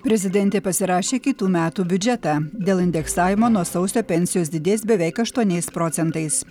prezidentė pasirašė kitų metų biudžetą dėl indeksavimo nuo sausio pensijos didės beveik aštuoniais procentais